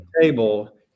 table